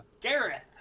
Gareth